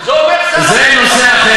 יש פה הטבות ממס, יכול להיות שכן.